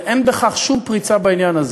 ואין בכך שום פריצה בעניין הזה.